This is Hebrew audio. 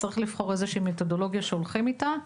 צריך לבחור איזושהי מתודולוגיה שהולכים איתה.